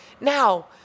Now